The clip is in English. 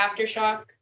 aftershock